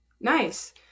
nice